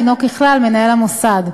הִנו ככלל מנהל המוסד,